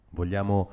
vogliamo